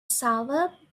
sour